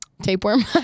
tapeworm